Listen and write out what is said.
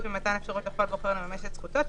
שבמתן אפשרות לכל בוחר לממש את זכותו להצביע בבחירות,